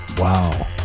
Wow